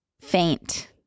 faint